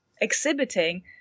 exhibiting